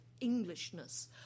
Englishness